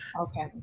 Okay